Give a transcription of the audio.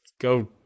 go